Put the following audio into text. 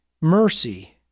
Mercy